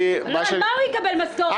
על מה הוא יקבל משכורת?